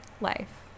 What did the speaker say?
life